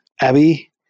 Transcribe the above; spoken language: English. Abby